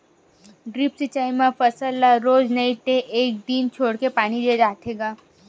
drip सिचई म फसल ल रोज नइ ते एक दिन छोरके पानी दे जाथे ग